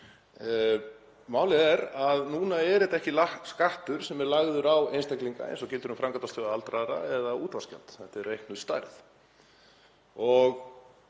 Málið er að núna er þetta ekki skattur sem er lagður á einstaklinga eins og gildir um Framkvæmdasjóð aldraðra eða útvarpsgjald. Þetta er reiknuð stærð.